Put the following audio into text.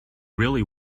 really